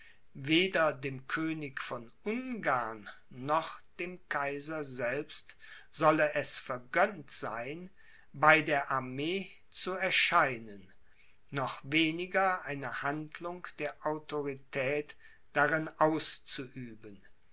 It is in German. weder dem könig von ungarn noch dem kaiser selbst solle es vergönnt sein bei der armee zu erscheinen noch weniger eine handlung der autorität darin auszuüben